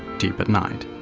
deep at night.